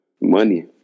Money